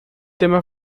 tema